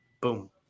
boom